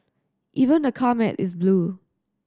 even the car mat is blue